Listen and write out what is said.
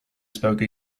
spoke